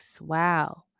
Wow